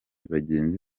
bagenzi